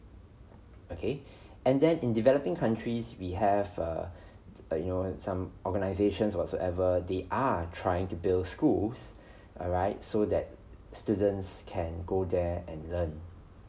okay and then in developing countries we have err you know some organisations whatsoever they are trying to build schools alright so that students can go there and learn